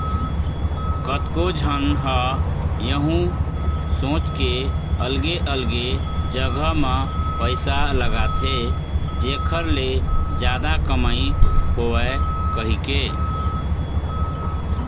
कतको झन ह यहूँ सोच के अलगे अलगे जगा म पइसा लगाथे जेखर ले जादा कमई होवय कहिके